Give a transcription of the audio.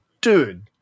dude